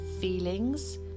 feelings